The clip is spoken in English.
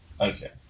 Okay